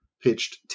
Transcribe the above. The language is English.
pitched